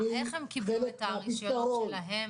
איך הם קיבלו את הרישיונות שלהם?